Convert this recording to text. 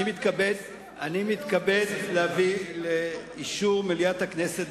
אני מתכבד להביא לאישור מליאת הכנסת